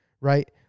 right